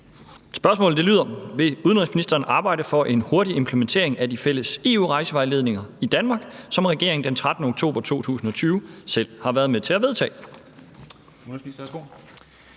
Spørgsmålet lyder: Vil udenrigsministeren arbejde for en hurtig implementering af de fælles EU-rejsevejledninger i Danmark, som regeringen den 13. oktober 2020 selv har været med til at vedtage?